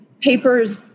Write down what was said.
papers